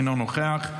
אינו נוכח,